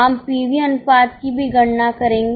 हम पीवी अनुपात की भी गणना करेंगे